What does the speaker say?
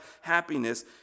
happiness